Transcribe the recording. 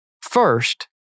First